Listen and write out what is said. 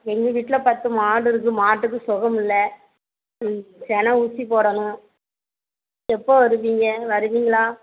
எங்கள் வீட்டில் பத்து மாடு இருக்குது மாட்டுக்கு சுகம்மில்ல ம் செனை ஊசி போடணும் எப்போ வருவீங்க வருவீங்களா